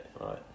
Right